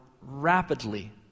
rapidly